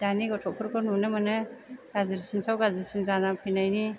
दानि गथ'फोरखौ नुनो मोनो गाज्रिसिनाव गाज्रिसिन जानानै फैनायनि